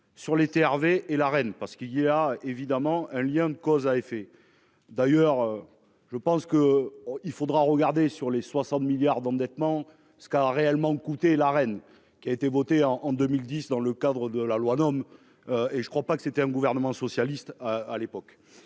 sur l'été. Hervé et la reine parce qu'il y a évidemment un lien de cause à effet. D'ailleurs je pense que il faudra regarder sur les 60 milliards d'endettement, ce qu'a réellement coûté la reine qui a été votée en en 2010 dans le cadre de la loi Nome. Et je ne crois pas que c'était un gouvernement socialiste. À l'époque.